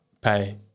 pay